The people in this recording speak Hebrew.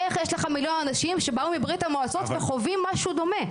איך יש לך מיליון אנשים שבאו מברית המועצות וחווים משהו דומה?